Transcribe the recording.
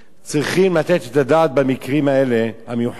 צריכים לתת את הדעת במקרים האלה, המיוחדים,